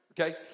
Okay